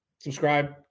Subscribe